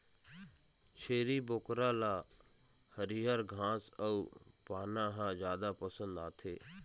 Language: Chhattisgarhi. छेरी बोकरा ल हरियर घास अउ पाना ह जादा पसंद आथे